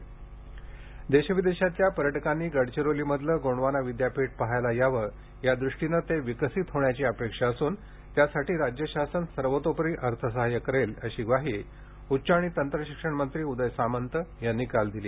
गोंडवाना विद्यापीठ देशविदेशातल्या पर्यटकांनी गडचिरोलीमधलं गोंडवाना विद्यापीठ पाहायला यावं या दृष्टीनं ते विकसित होण्याची अपेक्षा असून त्यासाठी राज्य शासन सर्वतोपरि अर्थसहाय्य करेल अशी ग्वाही उच्च आणि तंत्रशिक्षण मंत्री उदय सामंत यांनी काल दिली